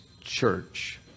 church